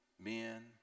men